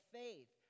faith